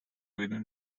within